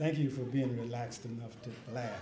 thank you for being relaxed enough to laugh